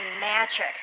magic